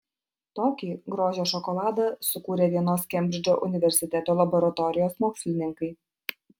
tokį grožio šokoladą sukūrė vienos kembridžo universiteto laboratorijos mokslininkai